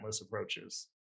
approaches